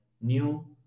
new